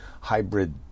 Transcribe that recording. hybrid